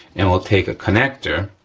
and we'll take a connector.